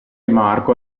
marco